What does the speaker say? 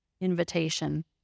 invitation